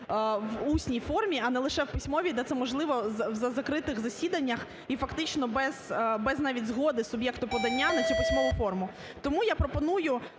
в усній формі, а не лише в письмовій, де це можливо в закритих засіданнях і фактично без навіть згоди суб'єкта подання на цю письмову форму. Тому я пропоную